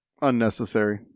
Unnecessary